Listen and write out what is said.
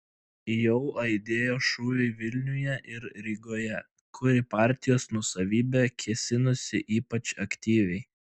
jau aidėjo šūviai vilniuje ir rygoje kur į partijos nuosavybę kėsinosi ypač aktyviai